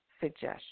suggestion